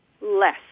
less